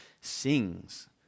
sings